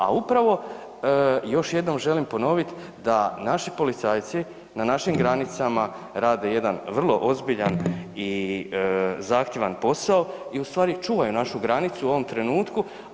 A upravo još jednom želim ponovit da naši policajci na našim granicama rade jedan vrlo ozbiljan i zahtjevan posao i ustvari čuvaju našu granicu u ovom trenutku.